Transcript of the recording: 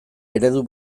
eredu